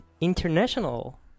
international